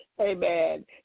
Amen